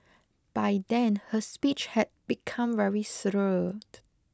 by then her speech had become very slurred